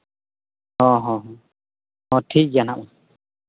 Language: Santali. ᱦᱚᱸ ᱦᱚᱸ ᱴᱷᱤᱠ ᱜᱮᱭᱟ ᱦᱟᱸᱜ